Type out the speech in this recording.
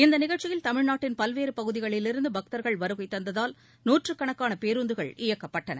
இந்த நிகழ்ச்சியில் தமிழ்நாட்டின் பல்வேறு பகுதிகளிலிருந்து பக்தர்கள் வருகை தந்ததால் நூற்றுக்கணக்கான பேருந்துகள் இயக்கப்பட்டன